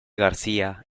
garcía